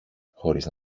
χωρίς